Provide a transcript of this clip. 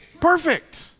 perfect